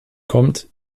kommt